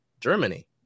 Germany